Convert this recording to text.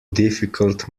difficult